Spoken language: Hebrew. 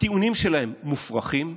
הטיעונים שלהם מופרכים,